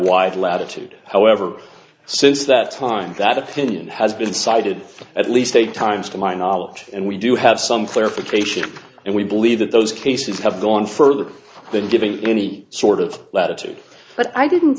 wide latitude however since that time that opinion has been cited at least eight times to my knowledge and we do have some clarification and we believe that those cases have gone further than giving any sort of latitude but i didn't